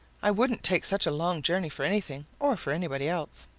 i wouldn't take such a long journey for anything or for anybody else.